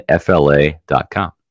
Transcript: FLA.com